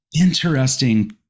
interesting